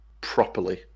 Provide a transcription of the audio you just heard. properly